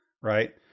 right